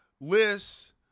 lists